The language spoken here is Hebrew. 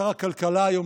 שר הכלכלה היום,